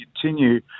continue